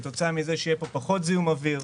כתוצאה מזה שיהיה פחות זיהום אוויר,